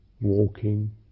walking